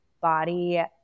body